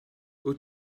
wyt